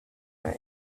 eyes